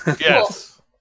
Yes